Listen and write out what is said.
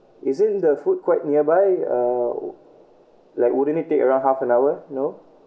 isn't the food quite nearby uh like wouldn't it take around half an hour no